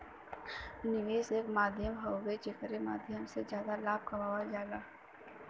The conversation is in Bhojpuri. निवेश एक माध्यम हउवे जेकरे माध्यम से जादा लाभ कमावल जाला